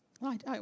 Right